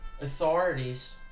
authorities